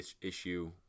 issue